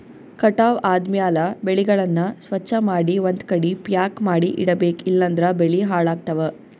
ಕಟಾವ್ ಆದ್ಮ್ಯಾಲ ಬೆಳೆಗಳನ್ನ ಸ್ವಚ್ಛಮಾಡಿ ಒಂದ್ಕಡಿ ಪ್ಯಾಕ್ ಮಾಡಿ ಇಡಬೇಕ್ ಇಲಂದ್ರ ಬೆಳಿ ಹಾಳಾಗ್ತವಾ